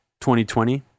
2020